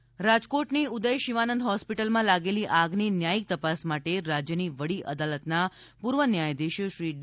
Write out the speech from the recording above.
પ્રદીપસિંહ જાડેજા રાજકોટની ઉદય શિવાનંદ હોસ્પિટલમાં લાગેલી આગની ન્યાયિક તપાસ માટે રાજ્યની વડી અદાલતના પૂર્વ ન્યાયાધીશ શ્રી ડી